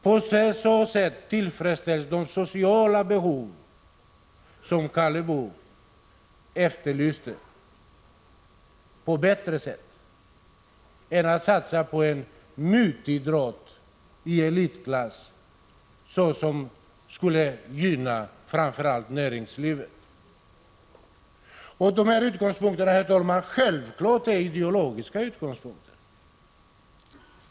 På detta sätt tillfredsställer man de sociala behov som Karl Boo efterlyste på ett bättre sätt än genom att satsa på en ”mutidrott” i elitklass, vilket skulle gynna framför allt näringslivet. Herr talman! Dessa utgångspunkter är självfallet ideologiska.